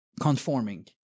Conforming